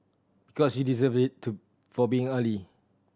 because you deserve it to for being early